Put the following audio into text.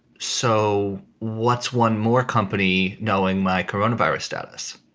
so what's one more company knowing my coronavirus status?